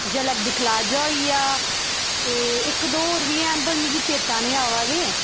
झलक दिक्खला जा होई गेआ ते इक दो होर बी हैन पर मिगी चेता नी आवा दे